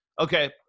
Okay